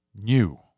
new